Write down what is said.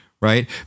right